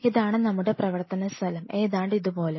ഇതാണ് നമ്മുടെ പ്രവർത്തന സ്ഥലം ഏതാണ്ട് ഇതുപോലെ